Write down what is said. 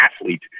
athlete